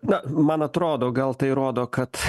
na man atrodo gal tai rodo kad